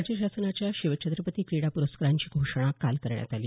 राज्य शासनाच्या शिवछत्रपती क्रीडा प्रस्कारांची घोषणा काल करण्यात आली